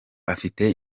afite